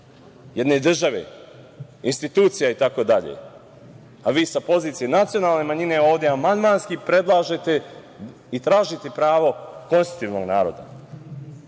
jedne države, institucija itd, a vi sa pozicije nacionalne manjine ovde amandmanski predlažete i tražite pravo konstitutivnog naroda. Takođe,